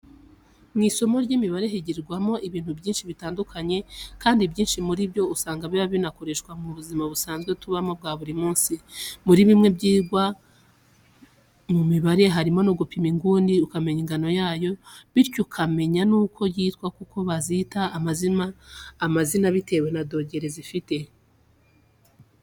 Mu isomo ry'imibare higirwamo ibintu byinshi bitandukanye, kandi ibyinshi muri byo usanga biba binakoreshwa mu buzima busanzwe tubamo bwa buri munsi. Muri bimwe byigwa mu mibare, harimo no gupima inguni ukamenya ingano yayo, bityo ukamenya nuko yitwa kuko bazita amazina bitewe na dogere zifite.